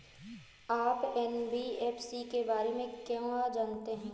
आप एन.बी.एफ.सी के बारे में क्या जानते हैं?